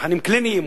מבחנים קליניים,